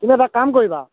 কিন্তু এটা কাম কৰিবা